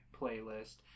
playlist